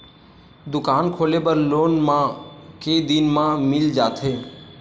दुकान खोले बर लोन मा के दिन मा मिल जाही?